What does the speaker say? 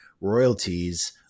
royalties